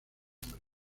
hombre